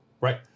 Right